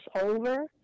over